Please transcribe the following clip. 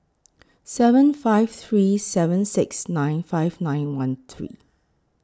seven five three seven six nine five nine one three